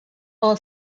all